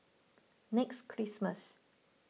next Christmas